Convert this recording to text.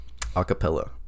acapella